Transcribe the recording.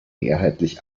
mehrheitlich